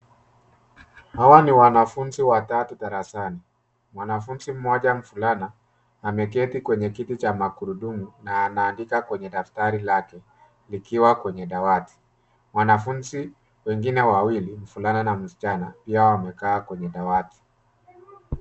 Hawa ni wanafunzi watatu darasani. Mwanafunzi mmoja mvulana ameketi kwenye kiti cha magurudumu na anaandika kwenye daftari lake likiwa kwenye dawati. Wanafunzi wengine wawili mvulana na msichana pia wamekaa kwenye dawati.